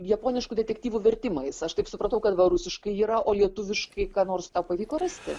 japoniškų detektyvų vertimais aš taip supratau kad va rusiškai yra o lietuviškai ką nors pavyko rasti